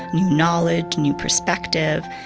new knowledge, new perspective.